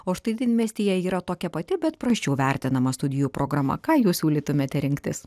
o štai didmiestyje yra tokia pati bet prasčiau vertinama studijų programa ką jūs siūlytumėte rinktis